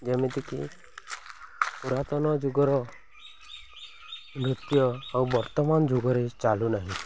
ଯେମିତିକି ପୁରାତନ ଯୁଗର ନୃତ୍ୟ ଆଉ ବର୍ତ୍ତମାନ ଯୁଗରେ ଚାଲୁନାହିଁ